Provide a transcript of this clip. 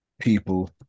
people